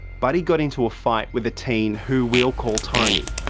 buddy got into a fight with a teen who we'll call tony.